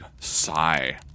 sigh